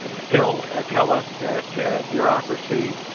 and still ah tell us that bureaucracy